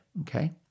okay